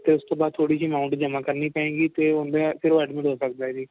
ਅਤੇ ਉਸ ਤੋਂ ਬਾਅਦ ਥੋੜ੍ਹੀ ਜਿਹੀ ਅਮਾਊਂਟ ਜਮ੍ਹਾਂ ਕਰਨੀ ਪਵੇਗੀ ਅਤੇ ਉਹਦਾ ਫਿਰ ਉਹ ਐਡਮਿਟ ਹੋ ਸਕਦਾ ਜੀ